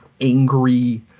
angry